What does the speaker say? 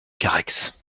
carhaix